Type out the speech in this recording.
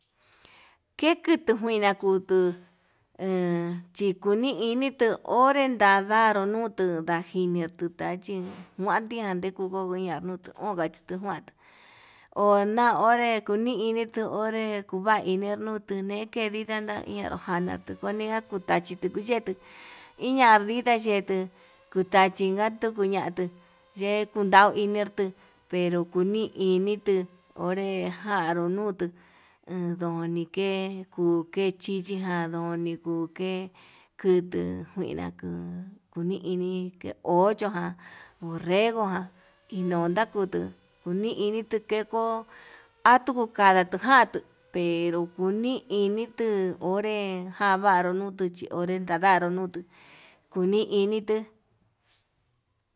Ke'e kutujuina kutu he hikuni initu onre ndadaro nutu, ndajinitu tachin njuandia ndikokoña onka xhitu kuantu ho na onre kuni initu, onre kuvar ini nutune'e kendida ña ñenro ján na kuu koniga kuu tachí kuyetu iña yinda ñietu kuu tachijan kutu ñatuu yee kundau inirtu pero kuni initu onre januu nutuu endoni ke kuke chichi, jandoni kuke kutu njuina kuu kuni ini ocho ján borrego jan inon ndakutu kuni ini tuu keko atuu kadatu njatuu, pero kuni initu onre javaru nutu chí onre tadaru nutuu kuni initu.